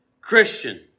Christian